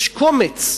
יש קומץ.